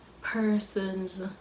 persons